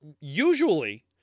usually